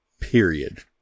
Period